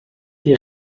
die